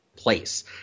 Place